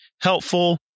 helpful